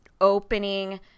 opening